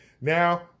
Now